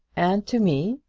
and to me,